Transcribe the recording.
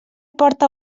porta